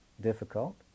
difficult